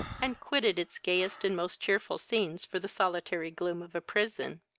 and quitted its gayest and most cheerful scenes for the solitary gloom of a prison.